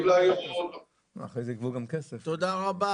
תודה רבה.